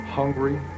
hungry